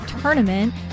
tournament